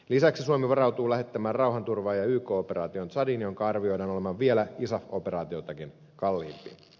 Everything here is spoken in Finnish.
lisäksi suomi varautuu lähettämään rauhanturvaajia yk operaatioon tsadiin jonka arvioidaan olevan vielä isaf operaatiotakin kalliimpi